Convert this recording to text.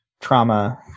trauma